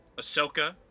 Ahsoka